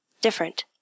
different